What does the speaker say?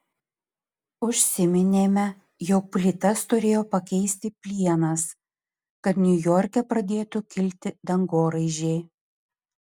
užsiminėme jog plytas turėjo pakeisti plienas kad niujorke pradėtų kilti dangoraižiai